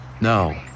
No